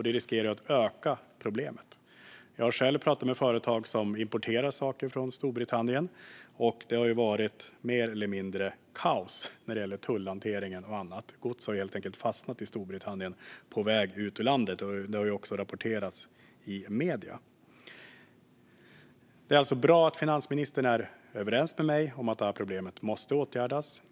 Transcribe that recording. Det riskerar att öka problemet. Jag har själv pratat med företag som importerar saker från Storbritannien, och det har varit mer eller mindre kaos när det gäller tullhanteringen och annat. Gods har helt enkelt fastnat i Storbritannien på väg ut ur landet. Det har också rapporterats om detta i medierna. Det är bra att finansministern är överens med mig om att det här problemet måste åtgärdas.